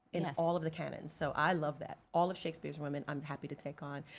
in ah all of the canons, so i love that, all of shakespeare's women i'm happy to take on.